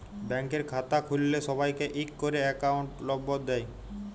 ব্যাংকের খাতা খুল্ল্যে সবাইকে ইক ক্যরে একউন্ট লম্বর দেয়